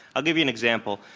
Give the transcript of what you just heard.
i'll give you an example.